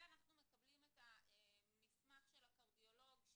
ואנחנו מקבלים את המסמך של הקרדיולוג,